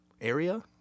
area